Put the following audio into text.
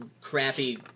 crappy